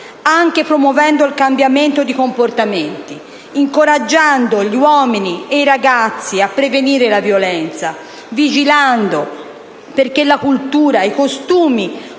anche promuovendo il cambiamento di comportamenti, incoraggiando gli uomini e i ragazzi a prevenire la violenza, vigilando perché la cultura, i costumi